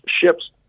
ships